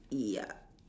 ya